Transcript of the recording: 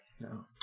No